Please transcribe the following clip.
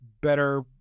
better